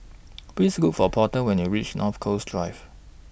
Please Look For Porter when YOU REACH North Coast Drive